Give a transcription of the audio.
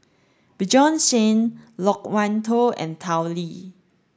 Bjorn Shen Loke Wan Tho and Tao Li